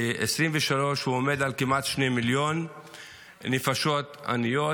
ב-2023 הוא עומד על כמעט שני מיליון נפשות עניות,